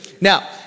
Now